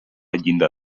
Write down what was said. llinda